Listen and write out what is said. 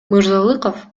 мырзалыков